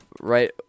Right